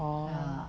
oh